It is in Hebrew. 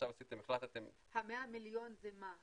עכשיו החלטתם --- ה-100 מיליון זה מה?